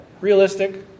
realistic